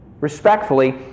respectfully